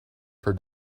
for